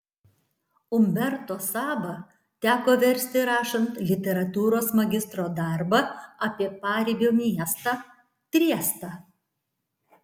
umberto sabą teko versti rašant literatūros magistro darbą apie paribio miestą triestą